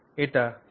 এটি 30o